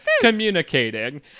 communicating